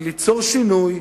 ביקורת היא ליצור שינוי,